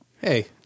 hey